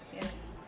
yes